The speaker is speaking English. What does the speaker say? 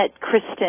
Kristen